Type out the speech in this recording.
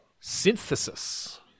synthesis